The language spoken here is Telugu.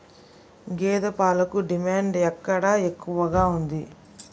గేదె పాలకు డిమాండ్ ఎక్కడ ఎక్కువగా ఉంది?